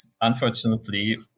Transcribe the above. unfortunately